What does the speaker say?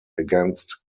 against